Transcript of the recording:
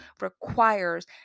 requires